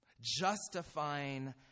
Justifying